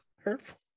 Hurtful